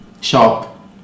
shop